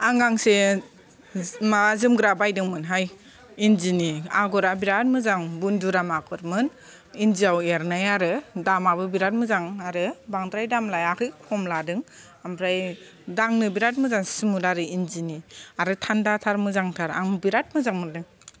आं गांसे माबा जोमग्रा बायदोंमोनहाय इन्दिनि आगरा बिराद मोजां बुन्दुराम आगरमोन इन्दियाव एरनाय आरो दामाबो बिराद मोजां आरो बांद्राय दाम लायाखै खम लादों ओमफ्राय दांनो बिराद मोजां स्मुथ आरो इन्दिनि आरो थान्दाथार मोजांथार आं बिराद मोजां मोनदों